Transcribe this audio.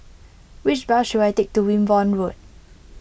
which bus should I take to Wimborne Road